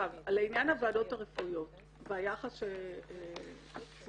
לעניין הוועדות הרפואיות והיחס שציינת,